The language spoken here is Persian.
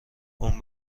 اون